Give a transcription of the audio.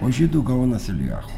o žydų gaonas iljachu